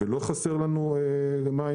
ולא חסרים לנו מים,